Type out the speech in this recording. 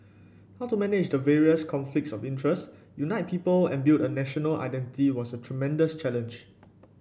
how to manage the various conflicts of interest unite people and build a national identity was a tremendous challenge